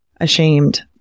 ashamed